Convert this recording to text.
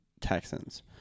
texans